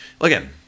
again